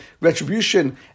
retribution